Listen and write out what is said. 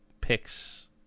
picks